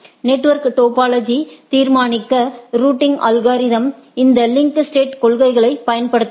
network topology தீர்மானிக்க routing algorithms இந்த link state கொள்கையைப் பயன்படுத்துகின்றன